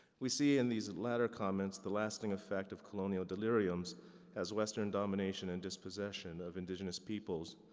we see in these latter comments, the lasting effect of colonial deliriums as western domination and dispossession of indigenous peoples.